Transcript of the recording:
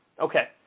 Okay